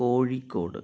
Kozhikode